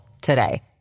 today